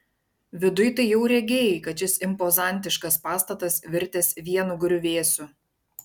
viduj tai jau regėjai kad šis impozantiškas pastatas virtęs vienu griuvėsiu